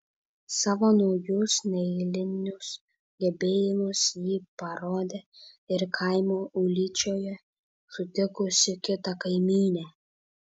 savo naujus neeilinius gebėjimus ji parodė ir kaimo ūlyčioje sutikusi kitą kaimynę